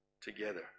together